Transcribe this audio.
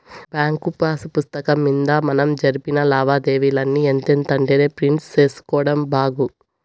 bank pass పుస్తకం మింద మనం జరిపిన లావాదేవీలని ఎంతెంటనే ప్రింట్ సేసుకోడం బాగు